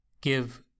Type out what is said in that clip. give